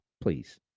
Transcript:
please